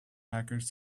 hackers